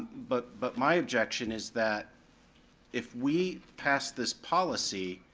but but my objection is that if we pass this policy,